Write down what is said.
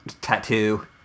tattoo